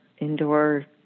indoor